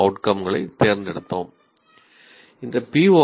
ஓ